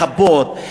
לחפות,